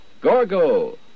Gorgo